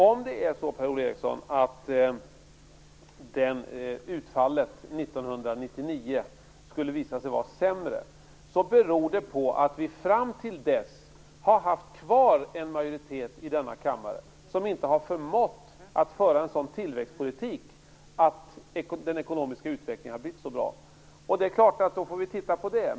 Om utfallet 1999 skulle visa sig vara sämre, Per-Ola Eriksson, beror det på att vi fram till dess har haft kvar en majoritet här i kammaren som inte har förmått att föra en sådan tillväxtpolitik att den ekonomiska utvecklingen har blivit så bra. Då får vi titta på det.